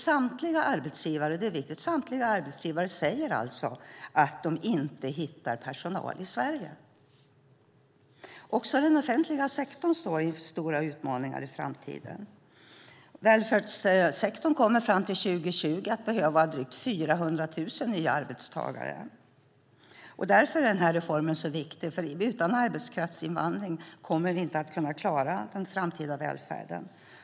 Viktigt är att samtliga arbetsgivare säger att de inte hittar personal i Sverige. Också den offentliga sektorn står inför stora utmaningar i framtiden. Välfärdssektorn kommer fram till 2020 att behöva drygt 400 000 nya arbetstagare. Därför är reformen viktig, för utan arbetskraftsinvandring kommer vi inte att klara den framtida välfärden.